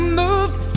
moved